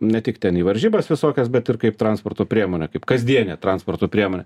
ne tik ten į varžybas visokias bet ir kaip transporto priemone kaip kasdiene transporto priemone